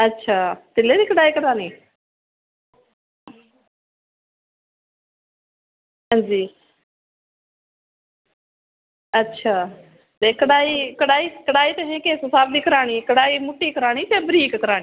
अच्छा तिल्ले दी कड़हाई करानी हां जी अच्छा ते कढ़ाई तुसें किस हिसाब दी करानी मुट्टी करानी जां बरीक करानीं